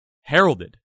heralded